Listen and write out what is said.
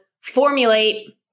formulate